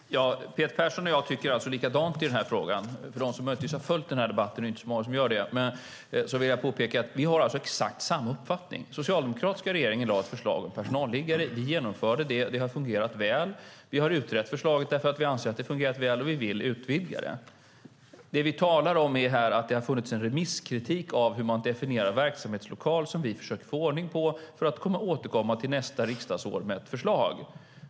Herr talman! Peter Persson och jag tycker alltså likadant i den här frågan. För dem som möjligtvis har följt den här debatten - det är ju inte så många som gör det - vill jag påpeka att vi alltså har exakt samma uppfattning. Den socialdemokratiska regeringen lade fram ett förslag om personalliggare. Vi genomförde det. Det har fungerat väl. Vi har utrett förslaget därför att vi anser att det har fungerat väl och vi vill utvidga det. Det vi talar om här är att det har funnits en remisskritik av hur man definierar "verksamhetslokal" som vi försöker få ordning på för att kunna återkomma nästa riksdagsår med ett förslag.